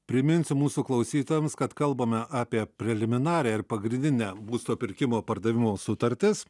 priminsiu mūsų klausytojams kad kalbame apie preliminarią ir pagrindinę būsto pirkimo pardavimo sutartis